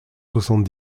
soixante